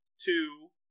two